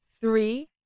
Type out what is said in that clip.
three